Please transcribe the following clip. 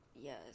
Yes